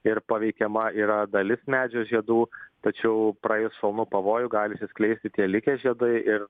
ir paveikiama yra dalis medžio žiedų tačiau praėjus šalnų pavojui gali išsiskleisti tie likę žiedai ir